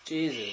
Jesus